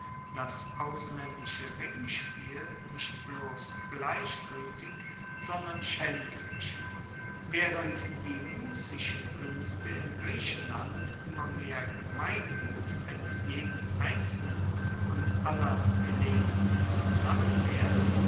das auslaendische ringspiel nicht bloss gleichgueltig sondern schaendlich waehrend die musischen kuenste in griechenland immer mehr gemeingut eines jeden einzelnen und aller hellenen zusammen werden